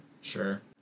sure